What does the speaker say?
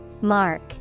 Mark